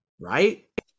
right